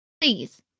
Please